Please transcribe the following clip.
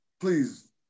please